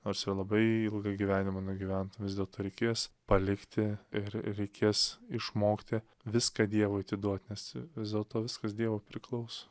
nors jau labai ilgą gyvenimą nugyventum vis dėlto reikės palikti ir reikės išmokti viską dievui atiduot nes vis dėlto viskas dievui priklauso